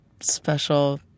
special